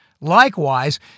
Likewise